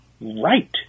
right